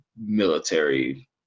military